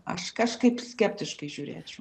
aš kažkaip skeptiškai žiūrėčiau